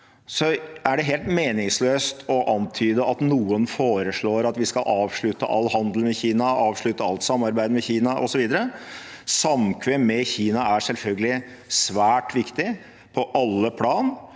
Så er det helt meningsløst å antyde at noen foreslår at vi skal avslutte all handel med Kina, avslutte alt samarbeid med Kina osv. Samkvem med Kina er selvfølgelig svært viktig på alle plan.